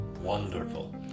wonderful